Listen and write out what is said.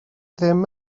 ddim